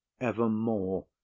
evermore